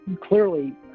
clearly